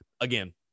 Again